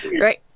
right